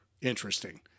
interesting